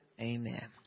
amen